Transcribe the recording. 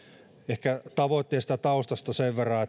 ehkä tavoitteista ja taustasta sen verran